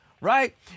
Right